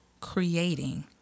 creating